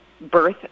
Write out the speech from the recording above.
birth